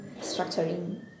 structuring